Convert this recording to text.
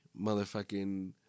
motherfucking